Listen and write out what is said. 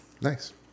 Nice